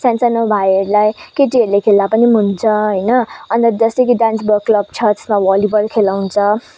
सान सानो भाइहरूलाई केटीहरूले पनि खेल्दा पनि हुन्छ होइन अन्त जस्तो कि डान्सबर्ग क्लब छ त्यसमा भलिबल खेलाउँछ